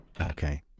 okay